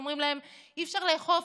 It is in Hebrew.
אומרים להם: אי-אפשר לאכוף,